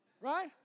right